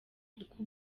kuko